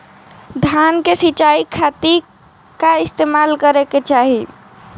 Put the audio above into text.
धान के सिंचाई खाती का इस्तेमाल करे के चाही?